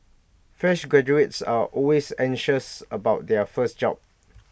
fresh graduates are always anxious about their first job